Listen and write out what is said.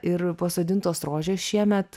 ir pasodintos rožės šiemet